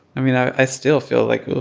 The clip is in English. i mean, i still feel, like,